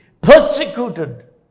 Persecuted